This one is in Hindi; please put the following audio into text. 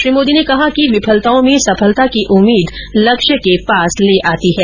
श्री मोदी ने कहा कि विफलताओं में सफलता की उम्मीद लक्ष्य के पास ले आती है